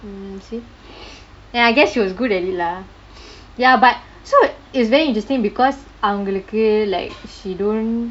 mm see and I guess she was good at it lah ya but so is very interesting because அவங்களுக்கு:avangalukku like she don't